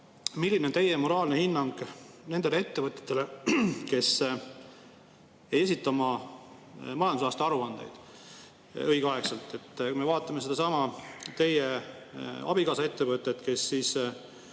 milline on teie moraalne hinnang nendele ettevõtetele, kes ei esita oma majandusaasta aruandeid õigeaegselt? Kui me vaatame teie abikaasa ettevõtet, keda